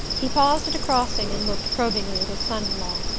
he paused at a crossing and looked probingly at his son-in-law.